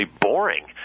boring